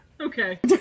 Okay